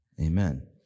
amen